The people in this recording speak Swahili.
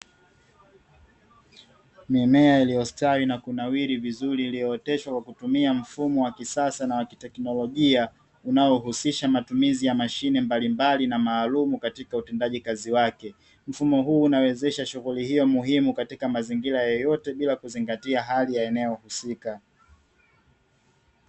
Mimea iliyostawi na kunawiri vizuri, iliyooteshwa kwa kutumia mfumo wa kisasa na wa kiteknolojia, unaohusisha matumizi ya mashine mbalimbali na maalumu katika utendaji kazi wake. Mfumo huu unawezesha shughuli hiyo muhimu katika mazingira yeyote bila ya kuzingatia hali ya eneo husika.